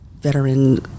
veteran